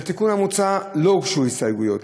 לתיקון המוצע לא הוגשו הסתייגויות.